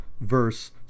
verse